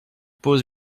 pause